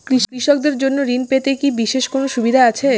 কৃষকদের জন্য ঋণ পেতে কি বিশেষ কোনো সুবিধা আছে?